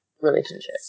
relationship